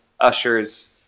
ushers